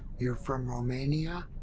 you're from romania?